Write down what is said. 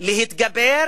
להתגבר